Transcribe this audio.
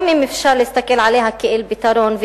גם אם אפשר להסתכל עליה כעל פתרון,